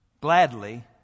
gladly